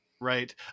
Right